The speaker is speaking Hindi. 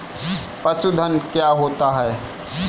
पशुधन क्या होता है?